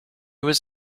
was